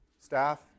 staff